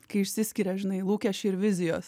kai išsiskiria žinai lūkesčiai ir vizijos